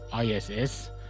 ISS